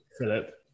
Philip